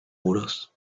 muros